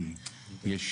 חוק